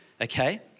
okay